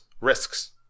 risks